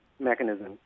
mechanism